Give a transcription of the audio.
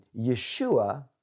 Yeshua